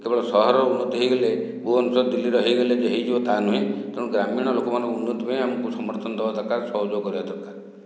କେବଳ ସହରର ଉନ୍ନତି ହେଇଗଲେ ଭୁବନେଶ୍ଵର ଦିଲ୍ଲୀର ହେଇଗଲେ ଯେ ହେଇଯିବ ତାହା ନୁହେଁ ତେଣୁ ଗ୍ରାମୀଣ ଲୋକମାନଙ୍କର ଉନ୍ନତି ପାଇଁ ଆମକୁ ସମର୍ଥନ ଦେବା ଦରକାର ସହଯୋଗ କରିବା ଦରକାର